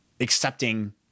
accepting